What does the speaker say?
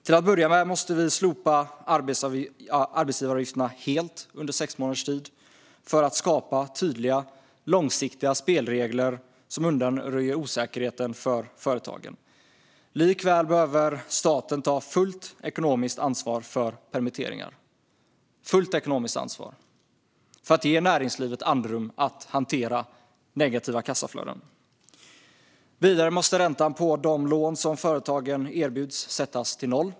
Till att börja med måste vi slopa arbetsgivaravgifterna helt under sex månaders tid för att skapa tydliga och långsiktiga spelregler som undanröjer osäkerheten för företagen. Likväl behöver staten ta fullt ekonomiskt ansvar för permitteringar för att ge näringslivet andrum att hantera negativa kassaflöden. Vidare måste räntan på de lån som företagen erbjuds sättas till noll.